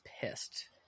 pissed